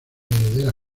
heredera